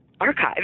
archive